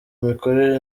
imikorere